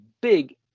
big